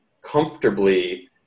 comfortably